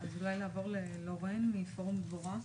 אז אולי לעבור ללורן מפורום דבורה?